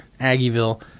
Aggieville